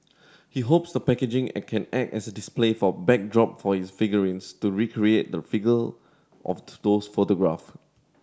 he hopes the packaging can act as a display backdrop for his figurines to recreate the of to those photographs